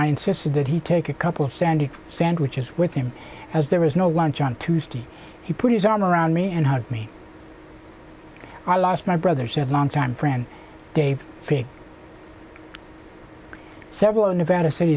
i insisted that he take a couple of standard sandwiches with him as there was no lunch on tuesday he put his arm around me and hugged me i lost my brother said longtime friend dave fig several of nevada